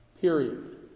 Period